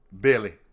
Billy